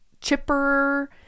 chipper